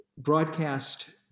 Broadcast